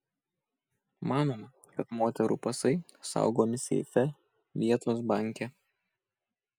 manoma kad moterų pasai saugomi seife vietos banke